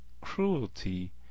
cruelty